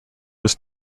was